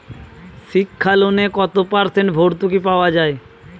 শিক্ষা লোনে কত পার্সেন্ট ভূর্তুকি পাওয়া য়ায়?